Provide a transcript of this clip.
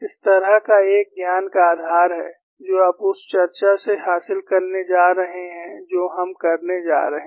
इस तरह का एक ज्ञान का आधार है जो आप उस चर्चा से हासिल करने जा रहे हैं जो हम करने जा रहे हैं